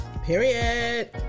Period